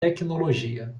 tecnologia